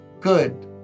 good